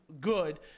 good